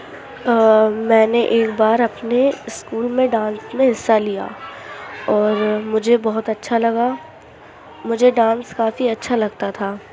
میں نے ایک بار اپنے اسکول میں ڈانس میں حصہ لیا اور مجھے بہت اچھا لگا مجھے ڈانس کافی اچھا لگتا تھا